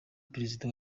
perezida